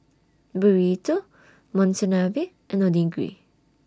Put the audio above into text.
Burrito Monsunabe and Onigiri